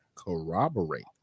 Corroborate